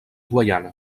guaiana